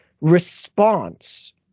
response